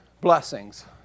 blessings